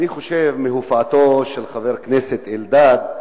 אני חושב שהופעתו של חבר הכנסת אלדד,